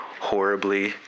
horribly